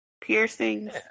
piercings